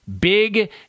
Big